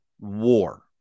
War